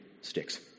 sticks